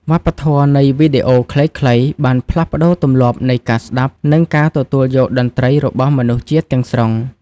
វប្បធម៌នៃវីដេអូខ្លីៗបានផ្លាស់ប្តូរទម្លាប់នៃការស្ដាប់ និងការទទួលយកតន្ត្រីរបស់មនុស្សជាតិទាំងស្រុង។